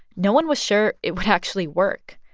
no one was sure it would actually work.